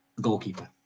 goalkeeper